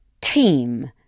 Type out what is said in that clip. team